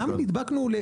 למה נדבקנו לכביש 40?